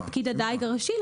על פקיד הדיג הראשי,